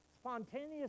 Spontaneous